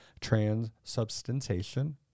transubstantiation